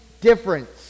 difference